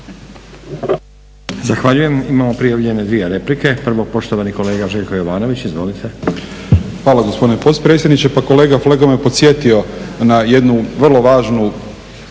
Zahvaljujem. Imamo prijavljene dvije replike. Prvo, poštovani kolega Željko Jovanović. Izvolite. **Jovanović, Željko (SDP)** Hvala gospodine potpredsjedniče. Pa kolega Flego me podsjetio na jednu vrlo važnu